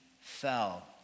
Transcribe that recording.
fell